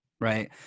Right